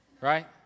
Right